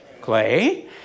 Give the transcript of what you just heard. clay